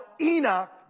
Enoch